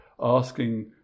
asking